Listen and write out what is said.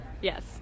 Yes